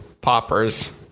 poppers